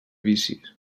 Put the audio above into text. vicis